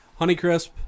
Honeycrisp